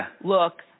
look